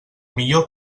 millor